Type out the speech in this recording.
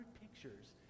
pictures